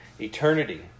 eternity